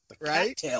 Right